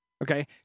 Okay